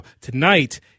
Tonight